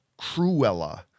Cruella